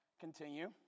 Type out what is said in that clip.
Continue